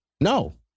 no